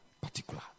Particular